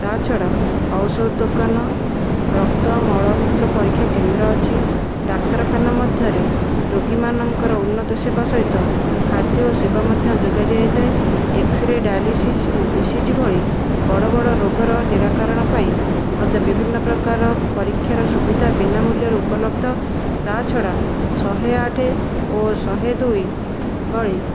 ତା ଛଡ଼ା ଔଷଧ ଦୋକାନ ରକ୍ତ ମଳମୂତ୍ର ପରୀକ୍ଷା କେନ୍ଦ୍ର ଅଛି ଡାକ୍ତରଖାନା ମଧ୍ୟରେ ରୋଗୀମାନଙ୍କର ଉନ୍ନତ ସେବା ସହିତ ଖାଦ୍ୟ ଓ ସେବା ମଧ୍ୟ ଯୋଗାଇ ଦିଆଯାଇଥାଏ ଏକ୍ସରେ ଡାୟାଲିସିସ୍ ଓ ଇସିଜି ଭଳି ବଡ଼ ବଡ଼ ରୋଗର ନିରାକରଣ ପାଇଁ ମଧ୍ୟ ବିଭିନ୍ନ ପ୍ରକାର ପରୀକ୍ଷାର ସୁବିଧା ବିନା ମୂଲ୍ୟରେ ଉପଲବ୍ଧ ତା ଛଡ଼ା ଶହେ ଆଠ ଓ ଶହେ ଦୁଇ ଭଳି